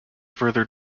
further